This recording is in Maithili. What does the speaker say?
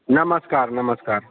नमस्कार नमस्कार